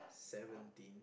seventeen